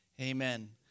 Amen